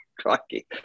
Crikey